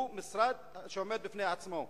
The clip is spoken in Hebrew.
הוא משרד שעומד בפני עצמו.